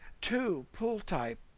two pool type,